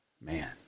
Man